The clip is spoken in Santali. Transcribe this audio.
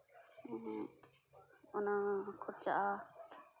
ᱚᱱᱟ ᱠᱷᱚᱨᱪᱟᱜᱼᱟ